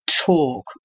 talk